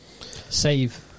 Save